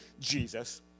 Jesus